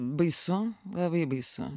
baisu labai baisu